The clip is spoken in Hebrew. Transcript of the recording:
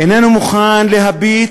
איננו מוכן להביט